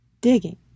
digging